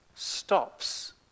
stops